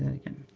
again.